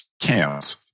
camps